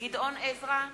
גדעון עזרא,